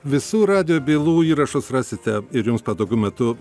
visų radijo bylų įrašus rasite ir jums patogiu metu